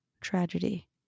tragedy